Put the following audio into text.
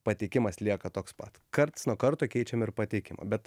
patiekimas lieka toks pat karts nuo karto keičiam ir pateikimą bet